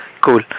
cool